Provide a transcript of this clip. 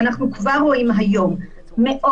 ואנחנו כבר רואים היום מאות,